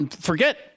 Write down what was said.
forget